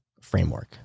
framework